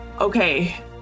okay